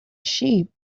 sheep